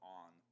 on